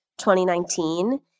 2019